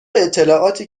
اطلاعاتی